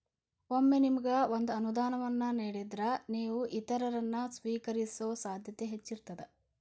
ಒಮ್ಮೆ ನಿಮಗ ಒಂದ ಅನುದಾನವನ್ನ ನೇಡಿದ್ರ, ನೇವು ಇತರರನ್ನ, ಸ್ವೇಕರಿಸೊ ಸಾಧ್ಯತೆ ಹೆಚ್ಚಿರ್ತದ